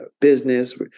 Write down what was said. business